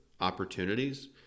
opportunities